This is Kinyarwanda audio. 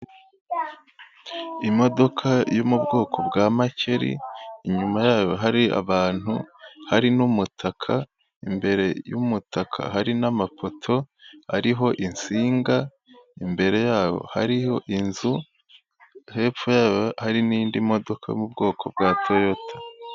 Imodoka yo mu bwoko bwa makeri inyuma yayo hari abantu, hari n'umutaka, imbere y'umutaka hari n'amapoto ariho insinga, imbere yaho hariho inzu, hepfo yaho hari n'indi modoka yo mu bwoko bwa TOYOTA.